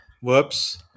whoops